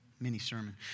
mini-sermon